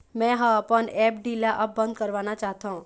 मै ह अपन एफ.डी ला अब बंद करवाना चाहथों